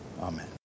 Amen